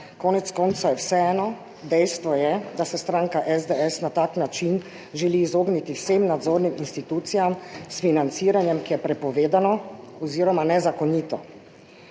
konec koncev je vseeno, dejstvo je, da se stranka SDS na tak način želi izogniti vsem nadzornim institucijam, s financiranjem, ki je prepovedano oziroma nezakonito.